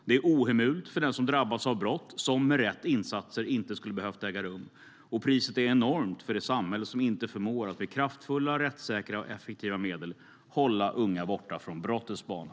Det är ohemult för den som drabbas av brott, som med rätt insatser inte skulle ha behövt äga rum. Priset är enormt för det samhälle som inte förmår att med kraftfulla, rättssäkra och effektiva medel hålla unga borta från brottets bana.